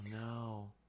no